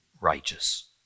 righteous